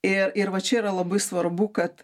ir ir va čia yra labai svarbu kad